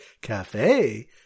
cafe